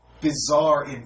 bizarre